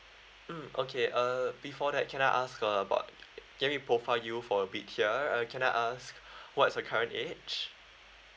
mm okay uh before that can I ask uh about can we profile you for a bit here uh can I ask what's the current age